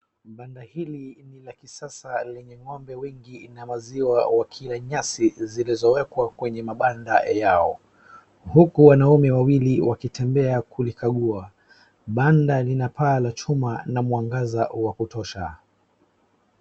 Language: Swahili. Banda hili ni la kisasa lenye ng'ombe wengi na maziwa wakila nyasi zilizowekwa kwenye mabanda yao huku wanaume wawili wakitembea kulikagua. Banda lina paa la chuma na mwangaza wa kutosha.